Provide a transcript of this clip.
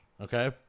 okay